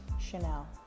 Chanel